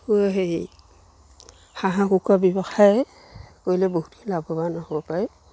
আকৌ হেৰি হাঁহ কুকুৰা ব্যৱসায় কৰিলে বহুতখিনি লাভৱান হ'ব পাৰে